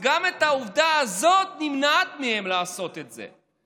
וגם העובדה הזאת, נמנע מהם לעשות את זה.